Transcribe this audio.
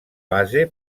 base